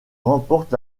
remporte